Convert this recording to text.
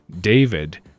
David